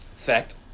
Fact